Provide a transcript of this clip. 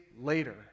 later